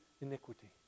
iniquity